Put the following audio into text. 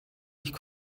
nicht